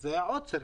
זה היה כמעט עוצר.